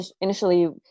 Initially